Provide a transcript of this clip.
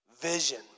vision